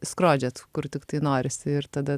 skrodžiat kur tiktai norisi ir tada